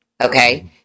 okay